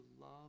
love